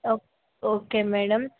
okay madam